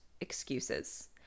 excuses